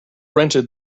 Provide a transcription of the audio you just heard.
rented